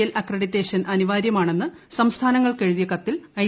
L accreditation അനിവാരൃമാണെന്ന് സംസ്ഥാനങ്ങൾക്ക് എഴുതിയ കത്തിൽ ഐ